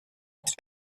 entre